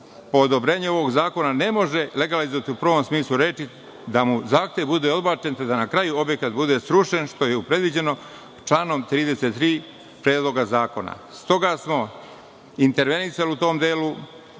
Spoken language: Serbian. odobrenju ovog zakona ne može legalizovati u pravom smislu reči – da mu zahtev bude odbačen te da na kraju objekat bude srušen, što je predviđeno članom 33. Predloga zakona. S toga smo intervenisali u tom delu